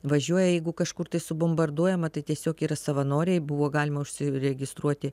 važiuoja jeigu kažkur tai subombarduojama tai tiesiog yra savanoriai buvo galima užsiregistruoti